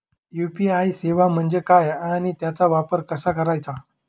UPI सेवा म्हणजे काय आणि त्याचा वापर कसा करायचा?